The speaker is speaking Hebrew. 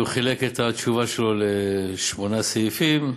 הוא חילק את התשובה שלו לשמונה סעיפים.